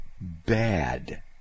bad